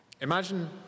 Imagine